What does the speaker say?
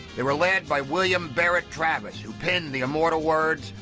they were led by william barret travis who penned the immortal words.